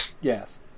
yes